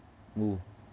mm